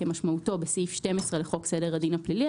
כמשמעותו בסעיף 12 לחוק סדר הדין הפלילי.